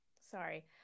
sorry